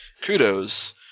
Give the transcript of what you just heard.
kudos